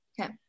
Okay